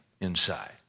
inside